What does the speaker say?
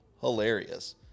hilarious